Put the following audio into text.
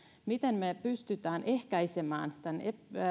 miten me pystymme ehkäisemään tämän